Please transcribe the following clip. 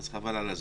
חבל על הזמן.